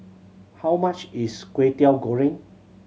how much is Kway Teow Goreng